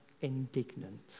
indignant